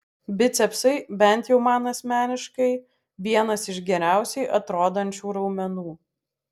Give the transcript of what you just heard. bicepsai bent jau man asmeniškai vienas iš geriausiai atrodančių raumenų